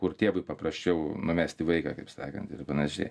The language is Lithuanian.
kur tėvui paprasčiau numesti vaiką kaip sakant ir panašiai